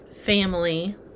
family